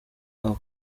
aho